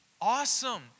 awesome